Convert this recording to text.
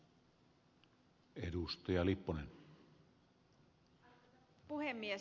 arvoisa puhemies